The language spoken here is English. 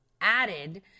added